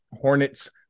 Hornets